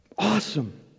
Awesome